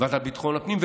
ועדה לביטחון הפנים,